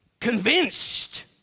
convinced